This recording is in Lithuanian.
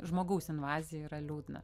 žmogaus invazija yra liūdna